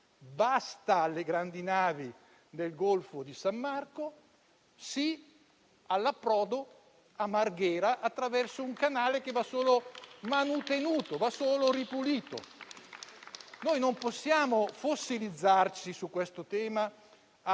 basta alle grandi navi nel golfo di San Marco; sì all'approdo a Marghera attraverso un canale che va solo manutenuto e ripulito. Non possiamo fossilizzarci su questo tema